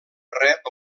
rep